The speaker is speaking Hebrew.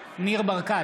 ברקת,